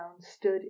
stood